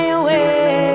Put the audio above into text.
away